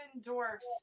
dwarfs